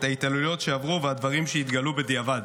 ההתעללויות שעברו ואת הדברים שהתגלו בדיעבד,